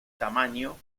tamaño